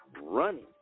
running